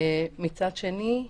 מצד שני,